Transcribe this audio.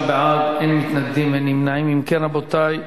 ההצעה להעביר